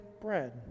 bread